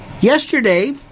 Yesterday